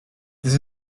this